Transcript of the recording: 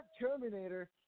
Terminator